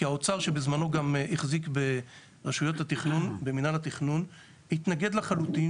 כי האוצר שבזמנו גם החזיק במנהל התכנון התנגד לחלוטין